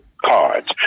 cards